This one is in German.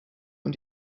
und